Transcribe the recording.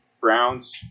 Browns